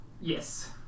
Yes